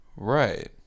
Right